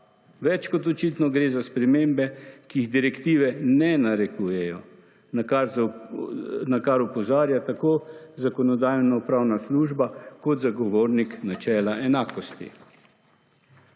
Več kot očitno gre za spremembe, ki jih direktive ne narekujejo, na kar opozarja tako Zakonodajno-pravna služba kot zagovornik načela enakosti.